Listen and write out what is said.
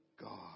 God